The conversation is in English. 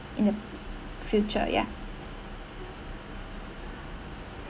in the future ya